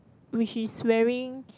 which is wearing